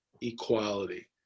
equality